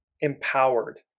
empowered